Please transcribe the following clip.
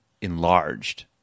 enlarged